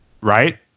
Right